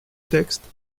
texte